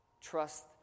Trust